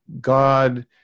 God